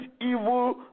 evil